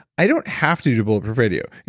i don't have to do bulletproof radio.